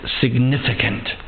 significant